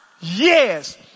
Yes